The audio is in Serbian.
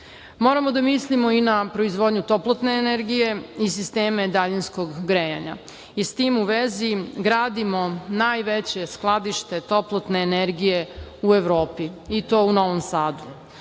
da mislimo i na proizvodnju toplotne energije i sisteme daljinskog grejanja. S tim u vezi, gradimo najveće skladište toplotne energije u Evropi, i to u Novom Sadu,